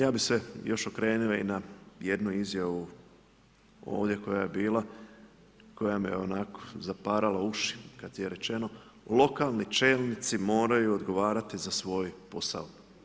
Ja bih se još okrenuo i na jednu izjavu ovdje koja je bila, koja me onako, zaparala uši kada je rečeno, lokalni čelnici moraju odgovarati za svoj posao.